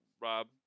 Rob